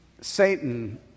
Satan